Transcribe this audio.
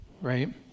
right